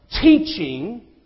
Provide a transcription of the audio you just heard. teaching